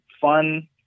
fun